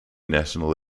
national